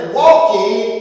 walking